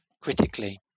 critically